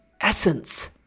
essence